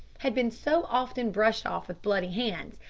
had been so often brushed off with bloody hands,